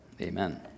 amen